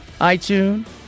iTunes